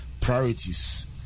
priorities